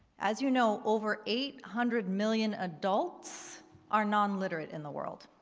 as you know, over eight hundred million adults are non-literate in the world.